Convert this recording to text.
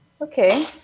Okay